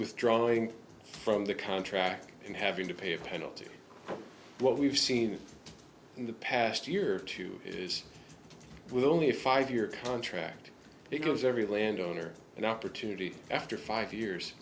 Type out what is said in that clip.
withdrawing from the contract and having to pay a penalty what we've seen in the past year or two is only a five year contract because every landowner an opportunity after five years